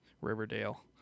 Riverdale